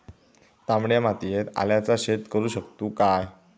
तामड्या मातयेत आल्याचा शेत करु शकतू काय?